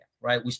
right